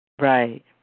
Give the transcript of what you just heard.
Right